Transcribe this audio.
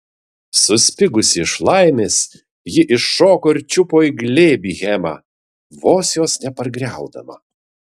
suspigusi iš laimės ji iššoko ir čiupo į glėbį hemą vos jos nepargriaudama